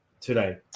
today